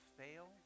fail